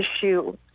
issue